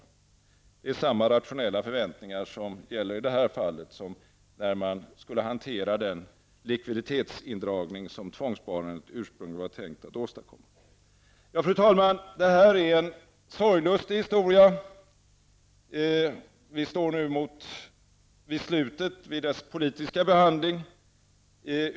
I det här fallet gäller samma rationella förväntningar som när man skulle hantera den likviditetsindragning som tvångssparandet ursprungligen var tänkt att åstadkomma. Fru talman! Det här är en sorglustig historia. Vi står nu vid slutet av dess politiska behandling.